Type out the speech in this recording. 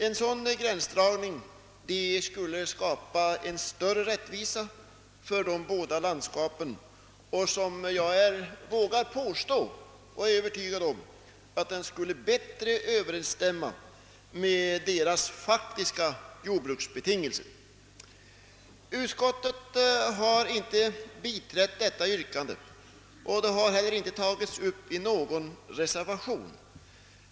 En sådan gränsdragning skulle skapa större rättvisa för de båda landskapen och — vågar jag påstå — bättre överensstämma med deras faktiska jordbruksbetingelser. Utskottet har inte biträtt detta yrkande och det har inte heller tagits upp i någon reservation.